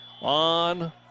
on